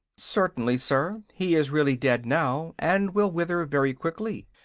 certainly, sir. he is really dead now, and will wither very quickly.